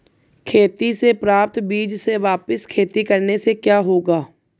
खेती से प्राप्त बीज से वापिस खेती करने से क्या होगा?